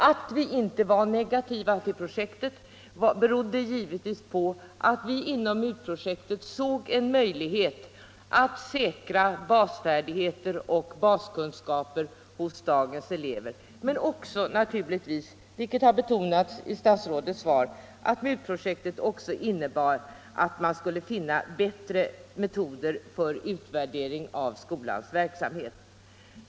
Att vi inte var negativa till projektet berodde givetvis på att vi inom MUT-projektet såg en möjlighet att säkra basfärdigheter och baskunskaper hos dagens elever, men naturligtvis också — vilket har betonats 27 i statsrådets svar — på att MUT-projektet även innebar att man skulle finna bättre metoder för utvärdering av skolverksamheten.